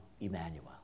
Emmanuel